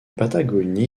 patagonie